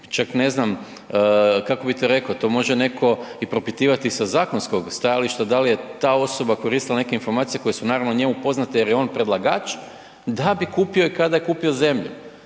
čak ne znam kako bi to rekao, to može netko i propitivati sa zakonskog stajališta, da li je ta osoba koristila neke informacije koje su naravno njemu poznate jer je on predlagač, da bi kupio i kada je kupio zemlju.